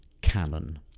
canon